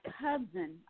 cousin